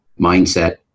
mindset